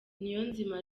niyonzima